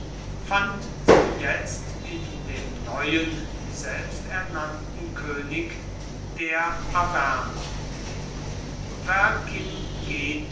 fand sie jetzt in dem neuen selbsternannten könig der